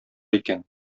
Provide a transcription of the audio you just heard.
икән